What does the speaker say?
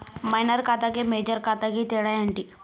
Minor ఖాతా కి major ఖాతా కి తేడా ఏంటి?